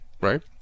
right